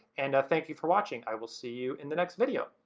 and thank you for watching. i will see you in the next video.